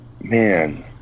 Man